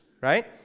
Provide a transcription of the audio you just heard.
right